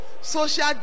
social